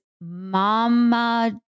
Mama